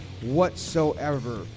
whatsoever